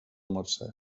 mercè